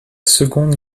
seconde